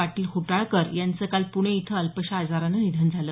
पाटील होटाळकर यांचं काल पुणे इथ अल्पशा आजारानं निधन झालं